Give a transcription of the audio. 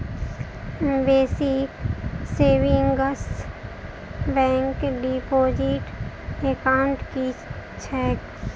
Basic savings bank deposit account की छैक?